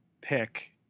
pick